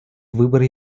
выбор